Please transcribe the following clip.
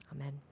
Amen